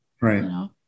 Right